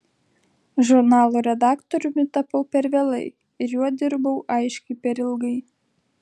žurnalo redaktoriumi tapau per vėlai ir juo dirbau aiškiai per ilgai